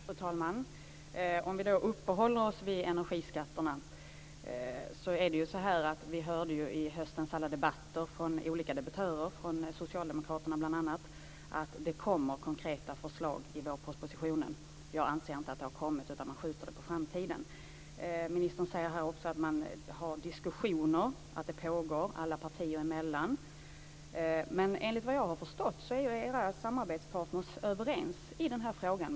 Fru talman! Låt oss uppehålla oss vid energiskatterna. I höstens alla debatter hörde vi från olika debattörer, bl.a. från Socialdemokraterna, att det kommer konkreta förslag i vårpropositionen. Jag anser inte att det har kommit, utan man skjuter det på framtiden. Ministern säger också att det pågår diskussioner mellan alla partierna. Men enligt vad jag har förstått är ju era samarbetspartner överens i den här frågan.